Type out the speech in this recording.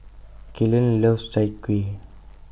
Kaylan loves Chai Kuih